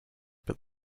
but